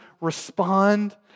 respond